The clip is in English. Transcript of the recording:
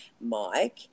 Mike